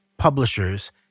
Publishers